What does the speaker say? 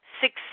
six